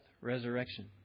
resurrection